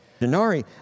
Denari